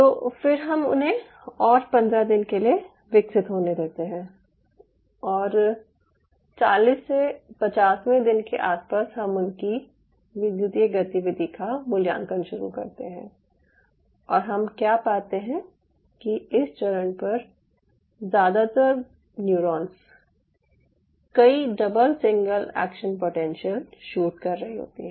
तो फिर हम उन्हें और पंद्रह दिन के लिए विकसित होने देते हैं और 40 से 50वें दिन के आसपास हम उनकी विद्युतीय गतिविधि का मूल्यांकन शुरू करते हैं और हम क्या पाते हैं कि इस चरण पर ज़्यादातर न्यूरॉन्स कई double single action potential shoot कर रही होती हैं